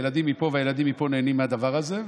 הילדים מפה והילדים פה נהנים מהדבר הזה.